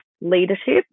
leadership